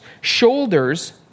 shoulders